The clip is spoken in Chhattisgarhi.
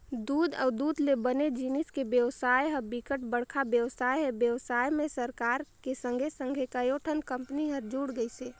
दूद अउ दूद ले बने जिनिस के बेवसाय ह बिकट बड़का बेवसाय हे, बेवसाय में सरकार के संघे संघे कयोठन कंपनी हर जुड़ गइसे